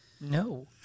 No